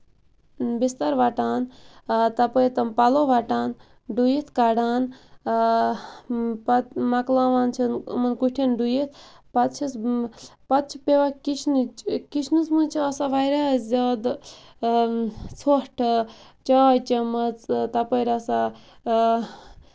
بِستر وَٹان تَپٲرۍ ٹِم پَلو وَٹان ڈُوِتھ کَڈان پَتہٕ مۄکلاوان چھَس بہٕ یِمَن کُٹھین ڈُوِتھ پَتہٕ چھَس بہٕ پَتہٕ چھِ پیٚوان کِچنٕچ کِچنَس منٛز چھِ آسان واریاہ زیادٕ ژھۅٹھ چاے چٔمٕژ تَپٲرۍ آسان